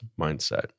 mindset